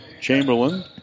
Chamberlain